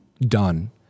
done